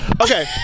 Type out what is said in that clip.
Okay